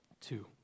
Two